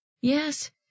Yes